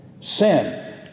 Sin